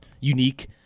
unique